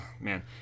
man